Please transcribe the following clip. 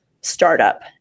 startup